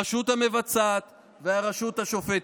הרשות המבצעת והרשות השופטת.